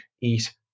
eat